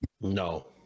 No